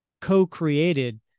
co-created